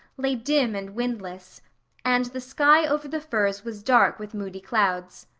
lay dim and windless and the sky over the firs was dark with moody clouds.